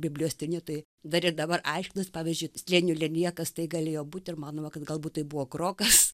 biblijos tyrinėtojai dar ir dabar aiškinas pavyzdžiui strėnių lelija kas tai galėjo būt ir manoma kad galbūt tai buvo krokas